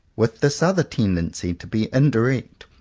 with this other tendency to be in direct,